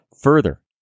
Further